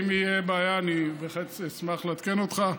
אם תהיה בעיה, אני בהחלט אשמח לעדכן אותך.